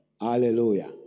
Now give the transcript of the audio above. Hallelujah